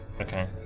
Okay